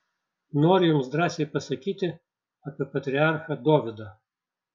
noriu jums drąsiai pasakyti apie patriarchą dovydą